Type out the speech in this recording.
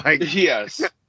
Yes